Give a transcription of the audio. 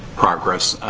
progress.